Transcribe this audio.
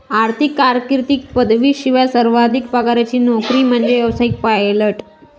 आर्थिक कारकीर्दीत पदवीशिवाय सर्वाधिक पगाराची नोकरी म्हणजे व्यावसायिक पायलट